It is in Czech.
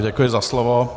Děkuji za slovo.